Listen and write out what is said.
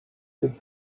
des